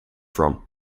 from